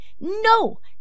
No